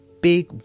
big